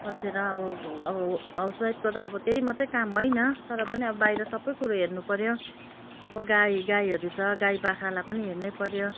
बसेर अब अब हाउस वाइफको त अब त्यही मात्रै काम होइन तर पनि अब बाहिर सबै कुरो कुरो हेर्नुपऱ्यो अब गाई गाईहरू छ गाई बाख्रालाई पनि हेर्नै पऱ्यो